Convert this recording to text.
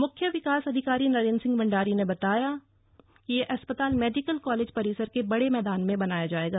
मुख्य विकास अधिकारी नरेन्द्र सिंह भण्डारी ने बताया कि यह अस्पताल मेडिकल कॉलेज परिसर के बड़े मैदान में बनाया जायेगा